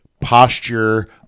posture